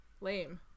lame